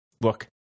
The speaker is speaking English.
look